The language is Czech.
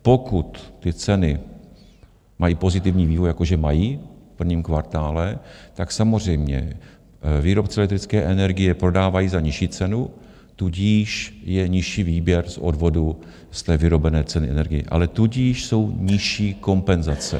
Pokud ty ceny mají pozitivní vývoj, jako že mají v prvním kvartále, samozřejmě výrobci elektrické energie prodávají za nižší cenu, tudíž je nižší výběr v odvodu z vyrobené ceny energie, ale tudíž jsou nižší kompenzace.